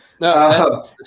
No